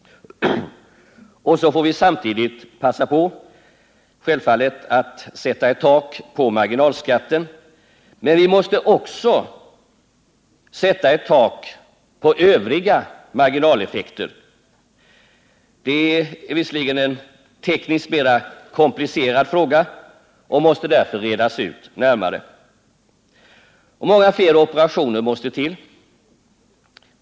Och så får vi självfallet samtidigt passa på att sätta ett tak på marginalskatten. Men vi måste också sätta ett tak på övriga marginaleffekter. Det är dock en tekniskt mera komplicerad fråga, som därför måste redas ut närmare. Och många fler operationer måste till.